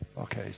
Okay